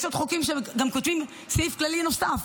יש עוד חוקים שגם כותבים סעיף כללי נוסף: